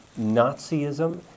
Nazism